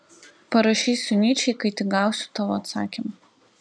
parašysiu nyčei kai tik gausiu tavo atsakymą